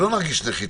שלא נרגיש נחותים.